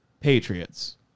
patriots